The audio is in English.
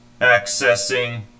Accessing